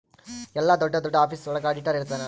ಎಲ್ಲ ದೊಡ್ಡ ದೊಡ್ಡ ಆಫೀಸ್ ಒಳಗ ಆಡಿಟರ್ ಇರ್ತನ